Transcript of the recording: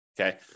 Okay